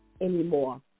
anymore